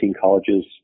colleges